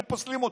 ופוסלים אותו.